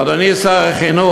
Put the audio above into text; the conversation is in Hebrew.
אדוני שר החינוך,